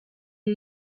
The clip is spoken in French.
est